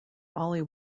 ollie